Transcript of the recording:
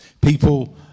people